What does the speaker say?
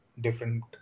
different